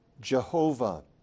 Jehovah